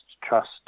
trust